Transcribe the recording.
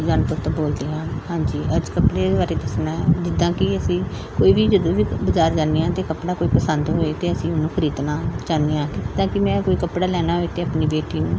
ਸੁਜਾਨਪੁਰ ਤੋਂ ਬੋਲਦੀ ਹਾਂ ਹਾਂਜੀ ਅੱਜ ਕੱਪੜਿਆਂ ਦੇ ਬਾਰੇ ਦੱਸਣਾ ਹੈ ਜਿੱਦਾਂ ਕਿ ਅਸੀਂ ਕੋਈ ਵੀ ਜਦੋਂ ਵੀ ਬਜ਼ਾਰ ਜਾਂਦੇ ਹਾਂ ਅਤੇ ਕੱਪੜਾ ਕੋਈ ਪਸੰਦ ਹੋਵੇ ਅਤੇ ਅਸੀਂ ਉਹਨੂੰ ਖਰੀਦਣਾ ਚਾਹੁੰਦੇ ਹਾਂ ਜਿੱਦਾਂ ਕਿ ਮੈਂ ਕੋਈ ਕੱਪੜਾ ਲੈਣਾ ਹੋਏ ਅਤੇ ਆਪਣੀ ਬੇਟੀ ਨੂੰ